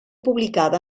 publicada